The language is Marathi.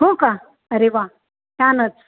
हो का अरे वा छानच